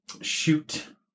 shoot